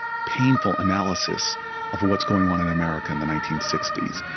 painful analysis of what's going on in america in the nineteen sixty s.